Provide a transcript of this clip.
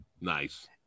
Nice